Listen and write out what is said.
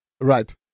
Right